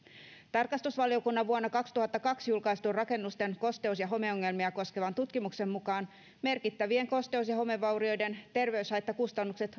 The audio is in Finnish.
tarkastusvaliokunnan vuonna kaksituhattakaksi julkaistun rakennusten kosteus ja homeongelmia koskevan tutkimuksen mukaan merkittävien kosteus ja homevaurioiden terveyshaittakustannukset